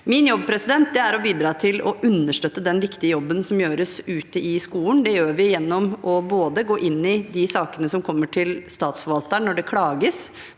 Min jobb er å bidra til å understøtte den viktige jobben som gjøres ute i skolen. Det gjør vi gjennom å gå inn i de sakene som kommer til statsforvalteren når det klages,